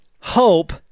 hope